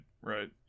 Right